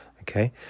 Okay